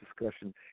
discussion